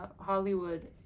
Hollywood